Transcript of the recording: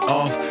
off